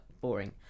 boring